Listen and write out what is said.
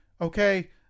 okay